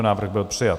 Návrh byl přijat.